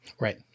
Right